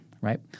right